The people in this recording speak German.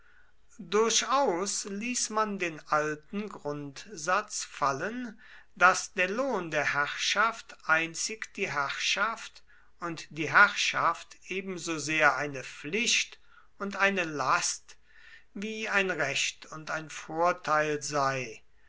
durchaus ließ man den alten grundsatz fallen daß der lohn der herrschaft einzig die herrschaft und die herrschaft ebensosehr eine pflicht und eine last wie ein recht und ein vorteil sei